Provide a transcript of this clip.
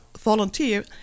volunteer